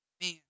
man